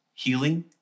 Healing